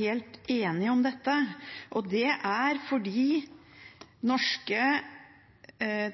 helt enige om dette, og det er fordi norske